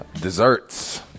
desserts